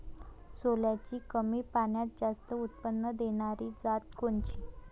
सोल्याची कमी पान्यात जास्त उत्पन्न देनारी जात कोनची?